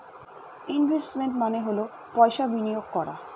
investment মানে হল পয়সা বিনিয়োগ করা